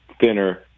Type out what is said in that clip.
thinner